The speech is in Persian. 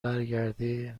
برگردی